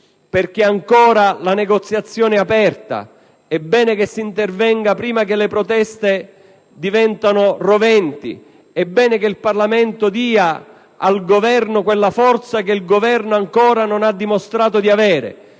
perché ancora la negoziazione aperta, è bene che si intervenga prima che le proteste diventino roventi, è bene che il Parlamento dia al Governo quella forza che il Governo ancora non ha dimostrato di avere,